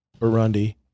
Burundi